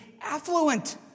affluent